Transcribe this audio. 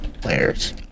players